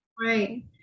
Right